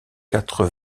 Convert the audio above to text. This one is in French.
quatre